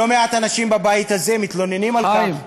לא מעט אנשים בבית הזה מתלוננים על, חיים,